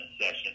session